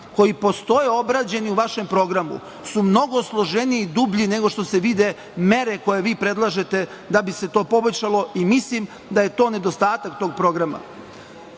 koji postoje obrađeni u vašem programu su mnogo složeniji i dublji nego što se vide mere koje predlažete da bi se to poboljšalo i mislim da je to nedostatak tog programa. Spomenuo